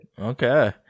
Okay